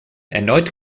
erneut